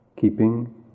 Keeping